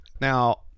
now